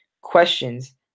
questions